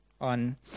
on